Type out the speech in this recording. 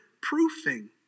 proofing